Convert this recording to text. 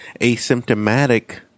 asymptomatic